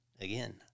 again